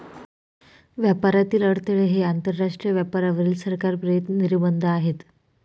व्यापारातील अडथळे हे आंतरराष्ट्रीय व्यापारावरील सरकार प्रेरित निर्बंध आहेत